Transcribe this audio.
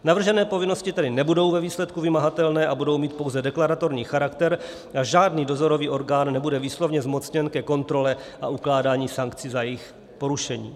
Navržené povinnosti tedy nebudou ve výsledku vymahatelné a budou mít pouze deklaratorní charakter a žádný dozorový orgán nebude výslovně zmocněn ke kontrole a ukládání sankcí za jejich porušení.